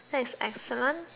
that's excellent